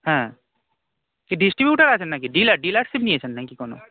হ্যাঁ কি ডিস্ট্রিবিউটার আছেন নাকি ডিলার ডিলারশিপ নিয়েছেন নাকি কোনো